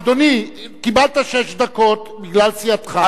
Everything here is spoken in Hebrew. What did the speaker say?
אדוני, קיבלת שש דקות, בגלל סיעתך.